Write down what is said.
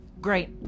Great